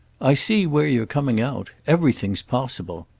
i see where you're coming out. everything's possible.